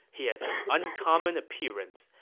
he has an uncommon appearance.